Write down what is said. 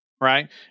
right